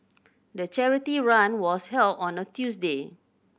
the charity run was held on a Tuesday